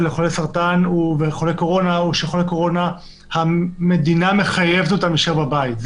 קורונה הוא שאת חולה הקורונה המדינה מחייבת אותם להישאר בבית.